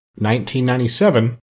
1997